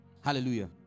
Hallelujah